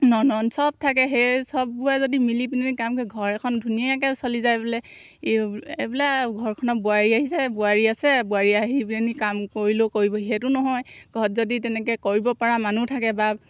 ননন্দ চব থাকে সেই চববোৰে যদি মিলি পিলাহেনি কাম কৰি ঘৰ এখন ধুনীয়াকৈ চলি যায় বোলে এইবিলাক ঘৰখনত বোৱাৰী আহিছে বোৱাৰী আছে বোৱাৰী আহি পিলাহেনি কাম কৰিলেও কৰিব সেইটো নহয় ঘৰত যদি তেনেকৈ কৰিব পৰা মানুহ থাকে বা